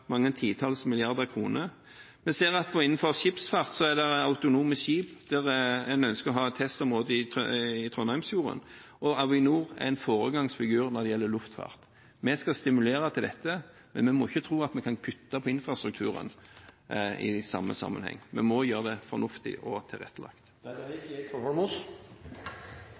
mange titalls milliarder kroner. Vi ser at innenfor skipsfart kommer det autonome skip, der en ønsker å ha testområde i Trondheimsfjorden. Og Avinor er en foregangsfigur når det gjelder luftfart. Vi skal stimulere til dette, men vi må ikke tro at vi kan kutte i infrastrukturen i samme sammenheng. Vi må gjøre det fornuftig og tilrettelagt. Du skal ha en ganske utrert tolkning av mitt innlegg hvis du mener at det